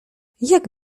jak